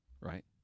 right